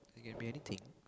it can be anything